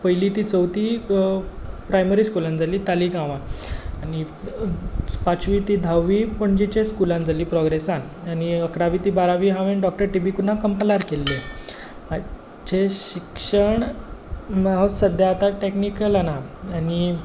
पयलीं ती चवथी प्रायमरी स्कुलांत जाल्ली तालिगांवान आनी पांचवी ती धावी पणजेच्या स्कुलांत जाल्ली प्रॉग्रॅसान आनी इकरावी ती बारावी हांवें डॉक्टर टी बी कुन्हा कंपालार केल्ली म्हजें शिक्षण हांव सद्या आतां टॅक्निकलान आ आनी